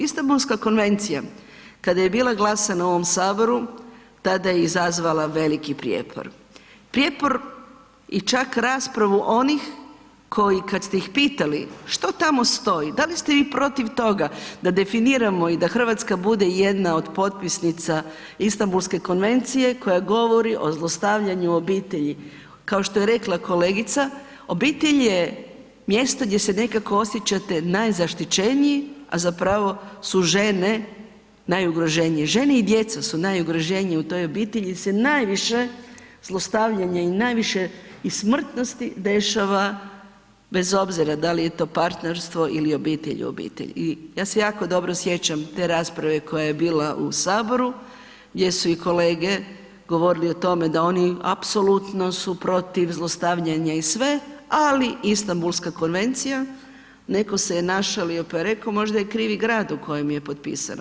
Istambulska konvencija kad je bila glasana u ovom HS, tada je izazvala veliki prijepor, prijepor i čak raspravu onih koji kad ste ih pitali što tamo stoji, da li ste vi protiv toga, da definiramo i da RH bude jedna od potpisnica Istambulske konvencije koja govori o zlostavljaju u obitelji, kao što je rekla kolegica, obitelj je mjesto gdje se nekako osjećate najzaštićeniji, a zapravo su žene najugroženije, žene i djeca su najugroženiji u toj obitelji gdje se najviše zlostavljanja i najviše i smrtnosti dešava bez obzira da li je to partnerstvo ili obitelj obitelj i ja se jako dobro sjećam te rasprave koja je bila u HS gdje su i kolege govorili o tome da oni apsolutno su protiv zlostavljanja i sve, ali Istambulska konvencija netko se je našalio pa je rekao, možda je krivi grad u kojem je potpisana.